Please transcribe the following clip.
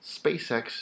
SpaceX